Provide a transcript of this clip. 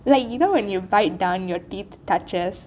like you know when you bite down your teeth touches